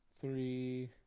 three